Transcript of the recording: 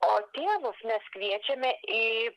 o tėvus mes kviečiame į